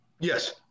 Yes